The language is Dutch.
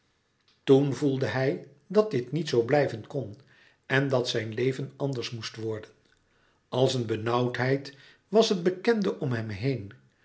toen voelde hij dat dit niet zoo blijven kon en dat zijn leven anders moest worden als een benauwdheid was het bekende om hem heen